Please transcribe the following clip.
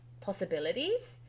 possibilities